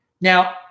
now